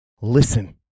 Listen